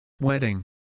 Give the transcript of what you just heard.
wedding